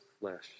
flesh